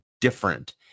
different